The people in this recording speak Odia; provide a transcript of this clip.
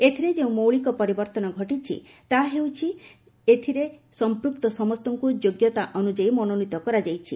ଏଥିରେ ଯେଉଁ ମୌଳିକ ପରିବର୍ତ୍ତନ ଘଟିଛି ତାହା ହେଉଛି ଯେ ଏଥିରେ ସମ୍ପୁକ୍ତ ସମସ୍ତଙ୍କ ଯୋଗ୍ୟତା ଅନୁଯାୟୀ ମନୋନୀତ କରାଯାଇଛି